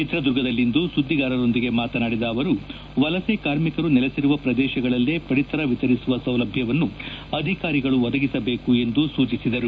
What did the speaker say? ಚಿತ್ರದುರ್ಗದಲ್ಲಿಂದು ಸುದ್ದಿಗಾರರೊಂದಿಗೆ ಮಾತನಾಡಿದ ಅವರು ವಲಸೆ ಕಾರ್ಮಿಕರು ನೆಲೆಸಿರುವ ಪ್ರದೇಶಗಳಲ್ಲೇ ಪಡಿತರ ವಿತರಿಸುವ ಸೌಲಭ್ಯವನ್ನು ಅಧಿಕಾರಿಗಳು ಒದಗಿಸಬೇಕು ಎಂದು ಸೂಚಿಸಿದರು